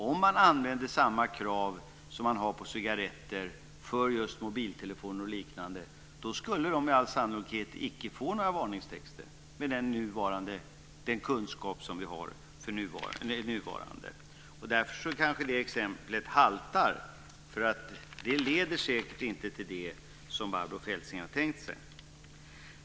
Om man ställer samma krav som man har för cigaretter på just mobiltelefoner och liknande skulle de med all sannolikhet icke få några varningstexter, med den kunskap som vi har för närvarande. Därför kanske det exemplet haltar. Det leder säkert inte till det som Barbro Feltzing har tänkt sig.